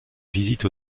visite